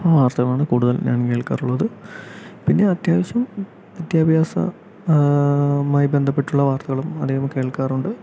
വാർത്തകളാണ് കൂടുതൽ ഞാൻ കേൾക്കാറുള്ളത് പിന്നെ അത്യാവശ്യം വിദ്യാഭ്യാസ മായി ബന്ധപ്പെട്ടുള്ള വാർത്തകളും അധികം കേൾക്കാറുണ്ട്